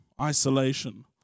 isolation